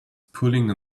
pulling